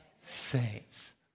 saints